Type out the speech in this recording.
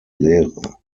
lehre